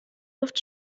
luft